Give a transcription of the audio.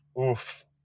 oof